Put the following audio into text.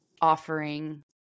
offering